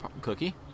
cookie